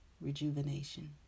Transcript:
rejuvenation